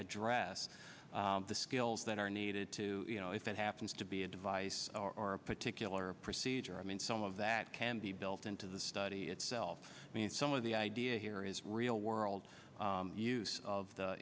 address the skills that are needed to you know if it happens to be a device or a particular procedure i mean some of that can be built into the study itself i mean some of the idea here is real world use of the